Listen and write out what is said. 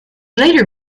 later